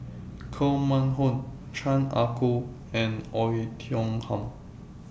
Koh Mun Hong Chan Ah Kow and Oei Tiong Ham